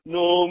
no